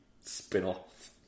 spin-off